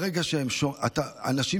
ברגע ששומעים את האנשים,